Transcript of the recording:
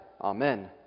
Amen